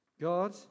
God